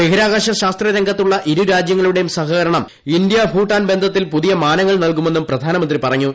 ബഹിരാകാശ ശാസ്ത്രരംഗത്തുള്ള ഇരു രാജ്യങ്ങളുടേയും സഹകരണം ഇന്ത്യ ഭൂട്ടാൻ ബന്ധ ത്തിൽ പുതിയ മാനങ്ങൾ നൽകുമെന്നും പ്രധാനമന്ത്രി പറഞ്ഞു